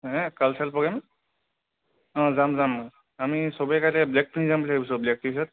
cultural programme অঁ যাম যাম আমি চবে কাইলৈ ব্লেক পিন্ধি যাম বুলি ভাবিছোঁ আৰু ব্লেক টি চাৰ্ট